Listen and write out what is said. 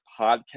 podcast